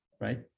right